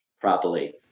properly